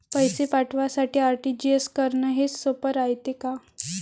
पैसे पाठवासाठी आर.टी.जी.एस करन हेच सोप रायते का?